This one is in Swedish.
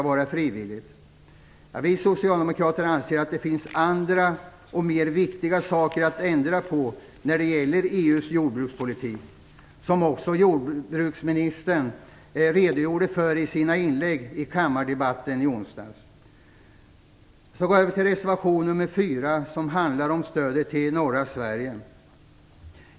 Vi socialdemokrater anser att det finns andra och mer viktiga förhållanden att ändra på när det gäller EU:s jordbrukspolitik, vilket också jordbruksministern redogjorde för i sina inlägg i kammardebatten i onsdag. Reservation nr 4 handlar om stödet till norra Sverige.